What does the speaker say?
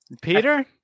Peter